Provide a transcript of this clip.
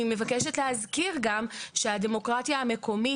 אני מבקשת גם להזכיר שהדמוקרטיה המקומית